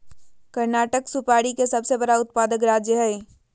कर्नाटक सुपारी के सबसे बड़ा उत्पादक राज्य हय